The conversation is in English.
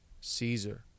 Caesar